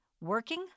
working